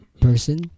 person